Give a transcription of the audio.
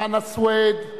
חנא סוייד,